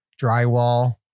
drywall